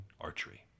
archery